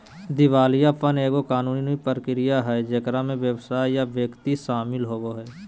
दिवालियापन एगो कानूनी प्रक्रिया हइ जेकरा में व्यवसाय या व्यक्ति शामिल होवो हइ